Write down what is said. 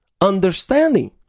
understanding